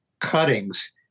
cuttings